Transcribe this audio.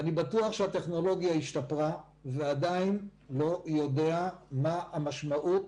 אני בטוח שהטכנולוגיה השתפרה ועדיין לא יודע מה המשמעות